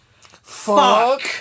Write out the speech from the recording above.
Fuck